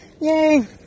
Yay